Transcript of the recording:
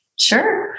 Sure